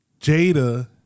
Jada